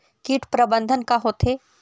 कीट प्रबंधन का होथे?